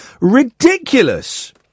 ridiculous